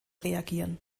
reagieren